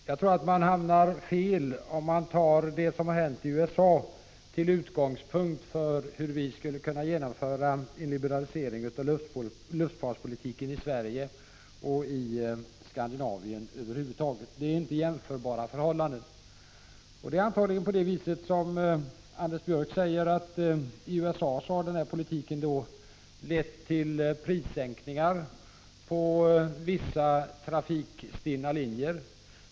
Herr talman! Jag tror att man hamnar fel om man tar det som hänt i USA till utgångspunkt för hur vi skulle kunna genomföra en liberalisering av luftfartspolitiken i Sverige och i Skandinavien. Det är inte jämförbara förhållanden. Det är antagligen på det viset som Anders Björck säger att den här politiken i USA har lett till prissänkningar på vissa trafikstinna linjer.